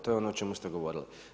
To je ono o čemu ste govorili.